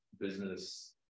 business